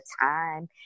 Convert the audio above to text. time